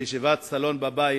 בישיבת סלון בבית,